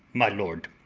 my lord,